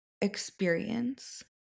experience